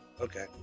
Okay